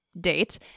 Date